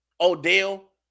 Odell